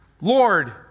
Lord